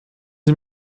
sie